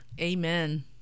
Amen